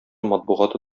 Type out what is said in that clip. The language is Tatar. матбугаты